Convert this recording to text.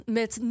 met